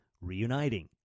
reuniting